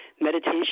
meditation